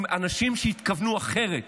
עם אנשים שיתכוונו אחרת